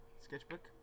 sketchbook